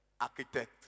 Architect